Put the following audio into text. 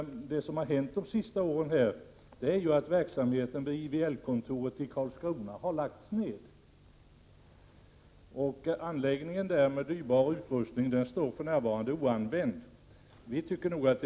Det som har hänt de senaste åren är att verksamheten vid IVL-kontoret i Karlskrona har lagts ned och anläggningen med dyrbar utrustning för närvarande står oanvänd.